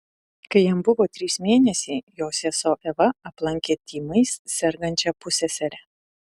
kai jam buvo trys mėnesiai jo sesuo eva aplankė tymais sergančią pusseserę